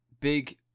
big